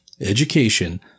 education